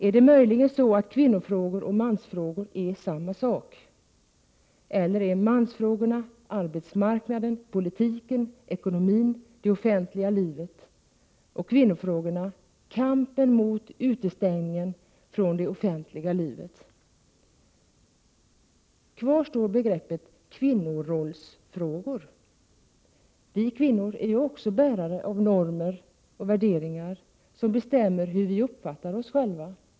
Är det möjligen så att kvinnofrågor och mansfrågor är samma sak? Eller är mansfrågorna arbetsmarknaden, politiken, ekonomin, det offentliga livet och kvinnofrågorna kampen mot utestängningen från det offentliga livet? Kvar står begreppet kvinnorollsfrågor. Vi kvinnor är ju också bärare av normer och värderingar som bestämmer hur vi uppfattar oss själva.